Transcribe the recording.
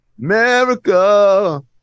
America